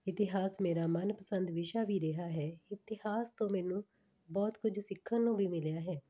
ਇਤਿਹਾਸ ਮੇਰਾ ਮਨਪਸੰਦ ਵਿਸ਼ਾ ਵੀ ਰਿਹਾ ਹੈ ਇਤਿਹਾਸ ਤੋਂ ਮੈਨੂੰ ਬਹੁਤ ਕੁਝ ਸਿੱਖਣ ਨੂੰ ਵੀ ਮਿਲਿਆ ਹੈ